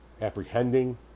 Apprehending